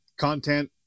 content